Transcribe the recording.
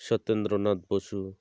Satyendranath Basu